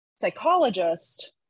psychologist